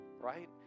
right